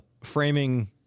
framing